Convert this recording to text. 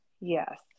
Yes